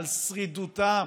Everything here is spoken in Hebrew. על שרידותם,